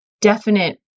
definite